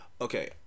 Okay